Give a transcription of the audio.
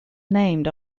named